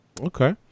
Okay